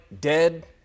dead